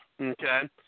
okay